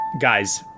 Guys